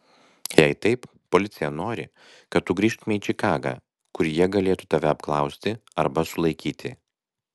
jei taip policija nori kad tu grįžtumei į čikagą kur jie galėtų tave apklausti arba sulaikyti